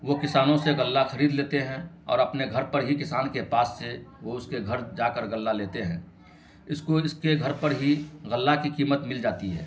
وہ کسانوں سے غلہ خرید لیتے ہیں اور اپنے گھر پر ہی کسان کے پاس سے وہ اس کے گھر جا کر غلہ لیتے ہیں اس کو اس کے گھر پر ہی غلہ کی قیمت مل جاتی ہے